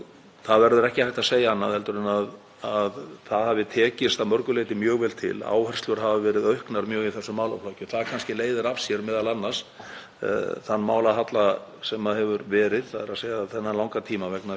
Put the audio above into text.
þann málahalla sem hefur verið, þ.e. þennan langan tíma, vegna þess að miklu meira af þessum málum er að leita uppi á yfirborði heldur en áður var. Það er auðvitað út af fyrir sig jákvætt að við gerum okkur betur grein fyrir því hversu víðtækur vandinn er.